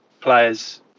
players